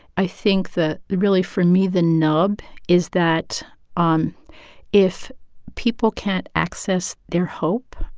i think that really, for me, the nub is that um if people can't access their hope,